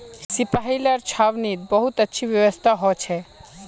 सिपाहि लार छावनीत बहुत अच्छी व्यवस्था हो छे